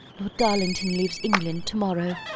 lord darlington leaves england to-morrow.